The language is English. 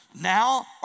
now